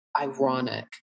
ironic